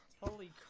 Holy